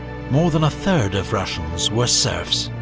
more than a third of russians were serfs,